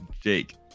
jake